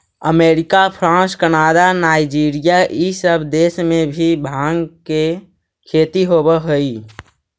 America, France, Canada, Nigeria इ सब देश में भी भाँग के खेती होवऽ हई